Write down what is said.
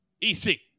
EC